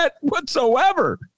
whatsoever